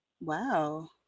Wow